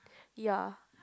ya